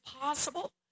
possible